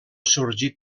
sorgit